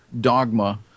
dogma